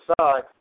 side